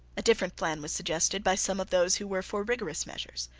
a different plan was suggested by some of those who were for rigorous measures.